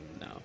No